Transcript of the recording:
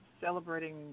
celebrating